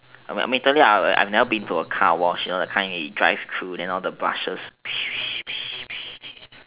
I mean to me to me I've never been to a car wash you know the kind where you drive through then all the brushes